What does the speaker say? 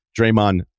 Draymond